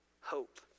Hope